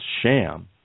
sham